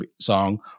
song